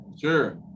Sure